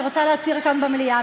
אני רוצה להצהיר כאן במליאה,